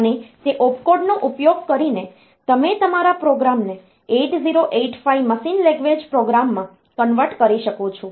અને તે ઓપકોડનો ઉપયોગ કરીને તમે તમારા પ્રોગ્રામને 8085 મશીન લેંગ્વેજ પ્રોગ્રામમાં કન્વર્ટ કરી શકો છો